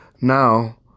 now